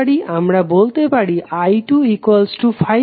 আমরা বলতে পারি i2 5 অ্যাম্পিয়ার